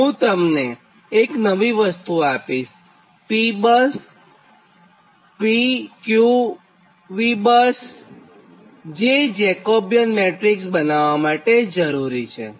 હું તમને એક નવી વસ્તુ આપીશતે છે PQ PV બસજે જેકોબિયન મેટ્રીક્સ બનાવ્વામાં જરૂરી છે